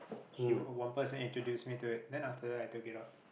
he would one person introduce me to it then after that I took it out